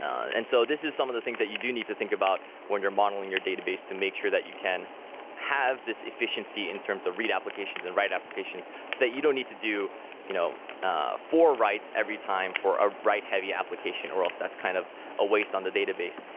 and so this is some of the things that you do need to think about when you're modeling your database to make sure that you can have this efficiency in terms of read applications and write up applications so that you don't need to do you know ah four writes every time for a write heavy application, or else that's kind of a waste on the database.